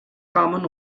kamen